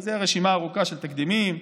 כי זאת רשימה ארוכה של תקדימים,